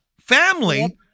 family